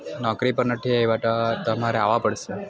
નોકરી પર નથી આવ્યા તો તમારે આવવું પડશે